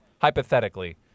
hypothetically